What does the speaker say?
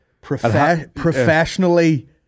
Professionally